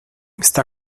está